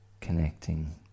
connecting